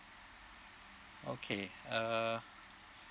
okay uh